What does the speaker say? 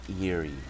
eerie